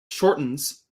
shortens